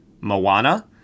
*Moana*